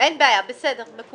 אין בעיה, בסדר גמור.